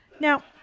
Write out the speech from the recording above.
Now